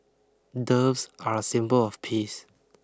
doves are a symbol of peace